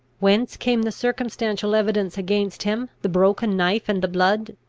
whence came the circumstantial evidence against him, the broken knife and the blood,